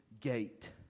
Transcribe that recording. gate